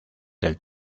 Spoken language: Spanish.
del